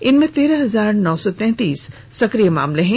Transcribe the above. इनमें तेरह हजार नौ सौ तैंतीस सक्रिय केस हैं